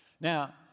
Now